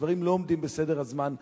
שהדברים לא עומדים בסדר הזמן הנדרש.